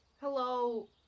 Hello